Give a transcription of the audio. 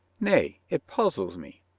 nay, it puzzles me.